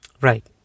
Right